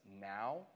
now